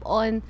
on